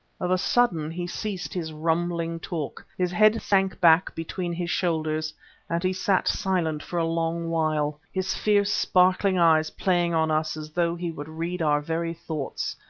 of a sudden he ceased his rumbling talk, his head sank back between his shoulders and he sat silent for a long while, his fierce, sparkling eyes playing on us as though he would read our very thoughts.